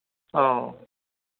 ᱚ